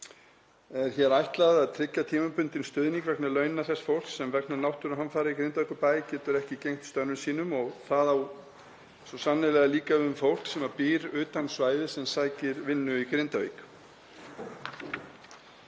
er hér ætlað að tryggja tímabundinn stuðning vegna launa þess fólks sem vegna náttúruhamfara í Grindavíkurbæ getur ekki gegnt störfum sínum. Það á svo sannarlega líka við um fólk sem býr utan svæðisins en sækir vinnu í Grindavík.